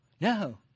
No